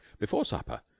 before supper,